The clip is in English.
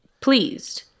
pleased